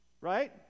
right